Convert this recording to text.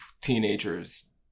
teenagers